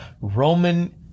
Roman